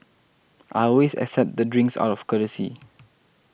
I always accept the drinks out of courtesy